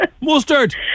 Mustard